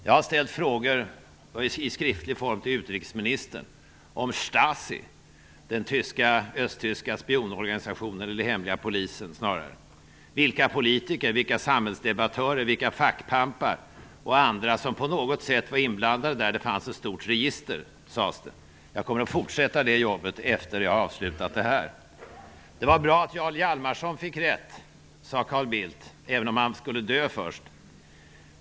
Jag har i skriftlig form ställt frågor till utrikesministern om STASI, den östtyska hemliga polisen, om vilka politiker, vilka samhällsdebattörer, vilka fackpampar och andra som på något sätt var inblandade. Det fanns ett stort register, sades det. Jag kommer att fortsätta det jobbet sedan jag har avslutat detta. Det var bra att Jarl Hjalmarson fick rätt, sade Carl Bildt, även om han skulle dö först.